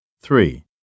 three